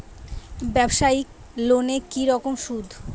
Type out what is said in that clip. ব্যবসায়িক লোনে কি রকম সুদ?